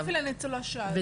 זה לא ספציפי לניצולי שואה,